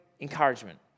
encouragement